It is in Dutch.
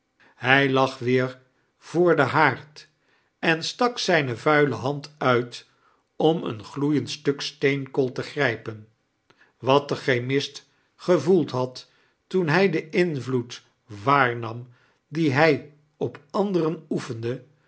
hij lag weer voor den haard en stak zijn vuile hand uit om een gloeiend stuk steenkool te grijpen wat de chemist gevoeld had toen hij den invloed waarnam dien hij op anderen oefende